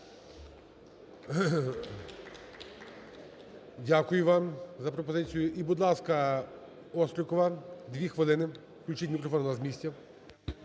Дякую вам за пропозицію. Будь ласка, Острікова, дві хвилини, включіть мікрофон з місця.